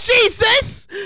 Jesus